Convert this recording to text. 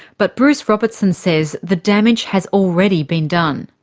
but bruce robertson says the damage has already been done.